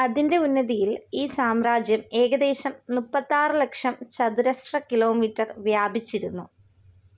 അതിന്റെ ഉന്നതിയിൽ ഈ സാമ്രാജ്യം ഏകദേശം മുപ്പത്താറ് ലക്ഷം ചതുരശ്ര കിലോമീറ്റർ വ്യാപിച്ചിരുന്നു